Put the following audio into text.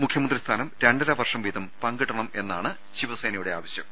മുഖ്യമന്ത്രി സ്ഥാനം രണ്ടര വർഷം വീതം പങ്കിട്ണമെന്നാണ് ശിവസേനയുടെ ആവശ്യം